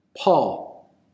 Paul